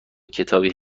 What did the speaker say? کتابی